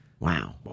Wow